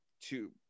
two